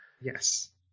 Yes